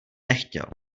nechtěl